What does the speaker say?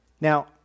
Now